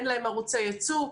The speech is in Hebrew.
אין להן ערוצי יצוא,